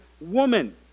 woman